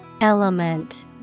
Element